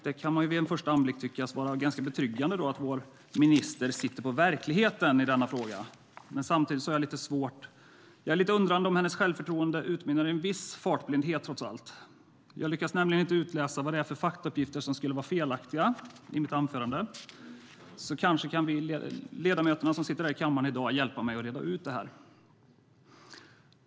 Det kan vid en första anblick tyckas vara ganska betryggande att vår minister sitter på verkligheten i denna fråga. Men jag är samtidigt undrande om hennes självförtroende utmynnar i en viss fartblindhet trots allt. Jag lyckas nämligen inte utläsa vad det var för faktauppgifter som var felaktiga i mitt anförande. Kanske kan jag be ledamöterna som sitter i kammaren här i dag hjälpa mig att reda ut det.